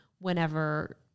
whenever